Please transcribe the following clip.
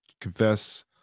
confess